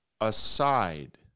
aside